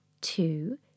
two